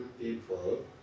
people